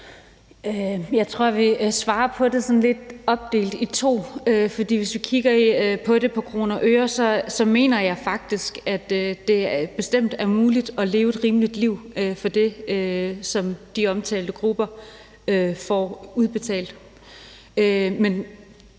Jeg tror, at jeg vil opdele mit svar i to. For hvis vi kigger på det i kroner og øre, mener jeg faktisk, at det bestemt er muligt at leve et rimeligt liv for det, som de omtalte grupper får udbetalt.